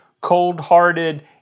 cold-hearted